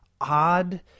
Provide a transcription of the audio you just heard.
odd